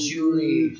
Julie